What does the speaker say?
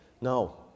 No